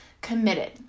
committed